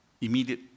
immediate